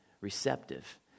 receptive